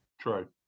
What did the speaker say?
True